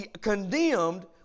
condemned